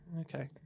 Okay